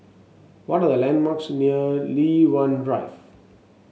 what are the landmarks near Li Hwan Drive